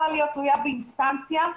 --- תלויה באינסטנציה,